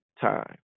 time